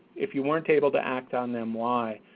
if you weren't able to act on them, why?